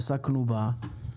עסקנו בה,